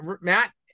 Matt